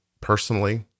personally-